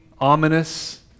ominous